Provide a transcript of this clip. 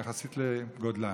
יחסית לגודלן.